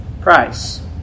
price